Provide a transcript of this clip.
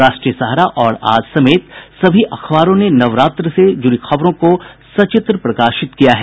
राष्ट्रीय सहारा और आज समेत सभी अखबारों ने नवरात्र से जुड़ी खबरों को सचित्र प्रकाशित किया है